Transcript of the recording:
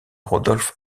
rodolphe